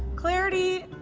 clarity,